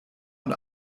und